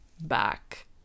back